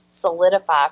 solidify